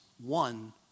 one